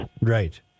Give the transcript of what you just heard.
Right